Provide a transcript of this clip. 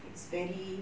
it's very